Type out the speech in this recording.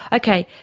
okay,